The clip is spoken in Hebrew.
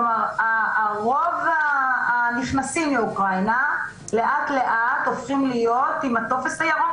כלומר רוב הנכנסים לאוקראינה לאט לאט הופכים להיות עם הטופס הירוק,